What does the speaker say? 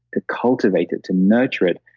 to cultivate it, to nurture it,